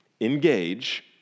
engage